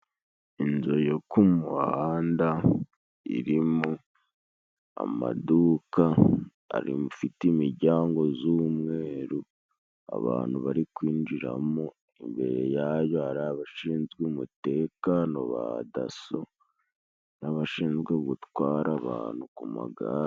Inzu yo ku muhanda irimo amaduka afite imijyango z'umweru, abantu bari kwinjiramo, imbere yayo hari abashinzwe umutekano ba daso n'abashinzwe gutwara abantu ku magare.